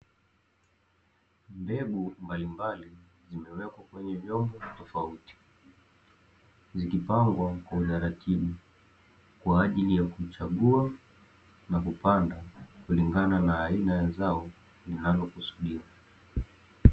Mbegu mbalimbali zimewekwa kwenye vyombo vya tofauti, zikipangwa kwa uangalifu kwa ajili ya kuchagua na kupanda kulingana na aina ya zao linalokusudiwa.